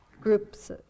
groups